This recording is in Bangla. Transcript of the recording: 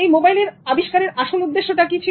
মোবাইলের আবিষ্কারের আসল উদ্দেশ্য টাই বা কি ছিল